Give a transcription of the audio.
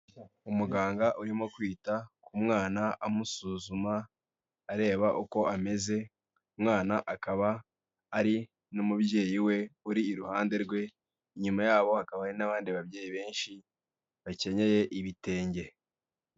Umuganga urimo kwita k'umwana amusuzuma areba uko ameze, umwana akaba ari n'umubyeyi we uri iruhande rwe inyuma yabo akaba n'abandi babyeyi benshi bakenyeye ibitenge.